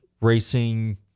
racing